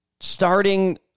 starting